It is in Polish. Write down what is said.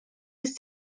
jest